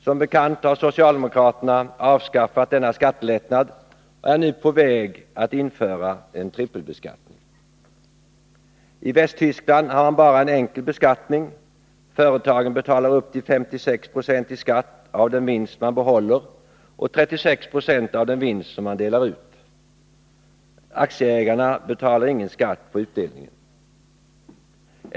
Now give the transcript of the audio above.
Som bekant har socialdemokraterna avskaffat denna skatte lättnad och är nu på väg att införa en trippelbeskattning. I Västtyskland har man bara en enkel beskattning. Företagen betalar upp till 56 90 i skatt av den vinst man behåller och 36 26 av den vinst man delar ut. Aktieägarna betalar ingen skatt på utdelningen.